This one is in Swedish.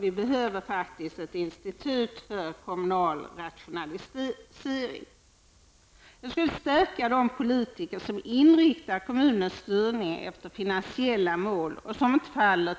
Vi behöver således ett institut för kommunal rationalisering. Det skulle stärka de politiker som inriktar kommunens styrning efter finansiella mål och som inte faller